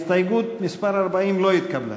הסתייגות מס' 40 לא נתקבלה.